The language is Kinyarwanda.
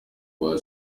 rwa